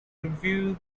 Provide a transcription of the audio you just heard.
review